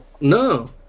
No